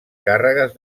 càrregues